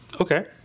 Okay